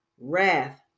Wrath